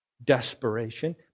Desperation